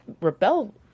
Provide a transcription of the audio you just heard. rebel